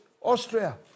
Austria